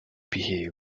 behave